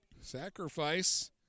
Sacrifice